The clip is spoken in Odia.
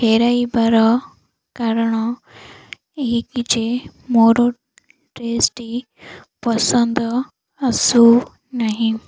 ଫେରାଇବାର କାରଣ ଏହିକି ଯେ ମୋର ଡ୍ରେସ୍ଟି ପସନ୍ଦ ଆସୁନାହିଁ